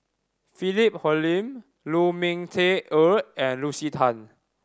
Philip Hoalim Lu Ming Teh Earl and Lucy Tan